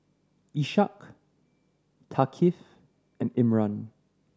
Ishak Thaqif and Imran